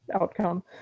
outcome